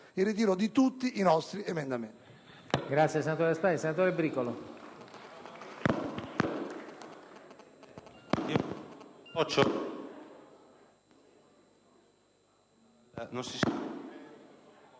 il ritiro di tutti i nostri emendamenti.